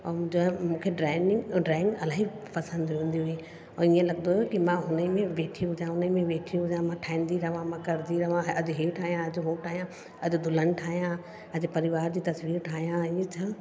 ऐं जो आहे मूंखे ड्रॉइंग ड्रॉइंग इलाही पसंदि हूंदी हुई ऐं हीअं लॻंदो हुओ कि मां हुन में वेठी हुजां हुन में वेठी हुजां मां ठाहींदी रहां मां कंदी रहां इहे ठाहियां अॼु उहो ठाहियां अॼु दुल्हन ठाहियां अॼु परिवार जी तस्वीर ठाहियां इहे त